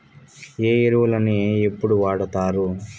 ఏ ఎరువులని ఎప్పుడు వాడుతారు?